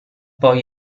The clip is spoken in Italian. poi